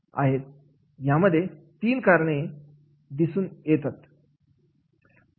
आहे यामध्ये तीन कारणे दिसून येतात